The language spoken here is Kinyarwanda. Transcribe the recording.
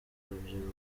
urubyiruko